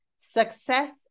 Success